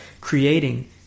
creating